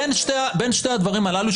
בין שני הדברים הללו,